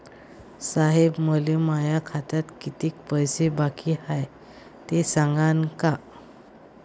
साहेब, मले माया खात्यात कितीक पैसे बाकी हाय, ते सांगान का?